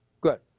good